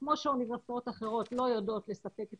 וכמו שאוניברסיטאות אחרות לא יודעות לספק את